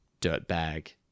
dirtbag